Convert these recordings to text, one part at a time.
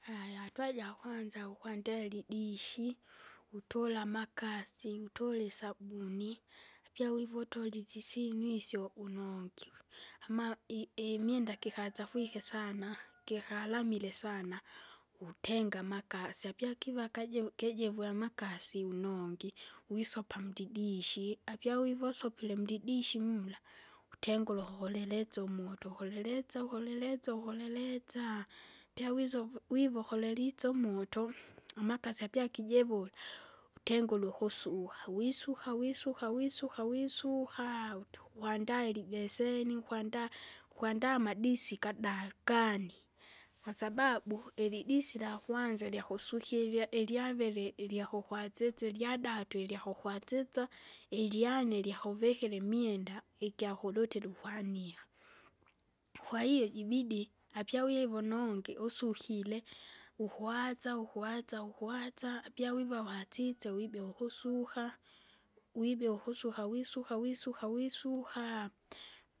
Haya hatua jakwanza ukwandele idishi, utola amakasi, utola isabuni. Apya wive utolile isinu isyo unongi, ama i- imwenda gikachafwike, sana, gikalamile sana, utenga amakasi, apya kiva kajevu kijevwe amakasi, unongi wisopa mdidishi, apya wive usopile mlidishi mula, utengule ukukilelesa umoto, ukoleletsa ukoleletsa ukuleletsa, pia wisov wiva ukolelise umoto, amakasi apya kijevule, utengure ukusuka, wisuka wisuka wisuka wisuka, uti kwandaa ilibeseni ukwandaa, ukwandaa amadisi gada kani. Kwasababu, ilidisi lakwanza lyakusukirya, ilyaviri lyakukwasisa, ilyadatu ilyakukwatsisya, ilayane lyakuvikira imwenda, ikyakudutira ukwanika. Kwahiyo jibidi apyawivona unge usukire, ukwaza ukwaza ukwaza apyawiva watsise eibea ukusuka, wibea ukusuka wisuka wisuka wisuka.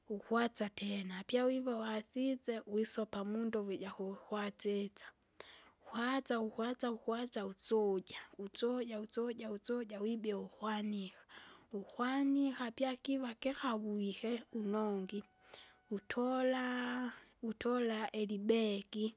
Uwasa tena, apya wiva wasise wisopa mundovo ijakukwassisa, kwaza ukwaza ukwaza usuja, usuja usuja usuja wibea ukwanika, ukwanika pya akiva kikawike unongi utola, utola ilibegi.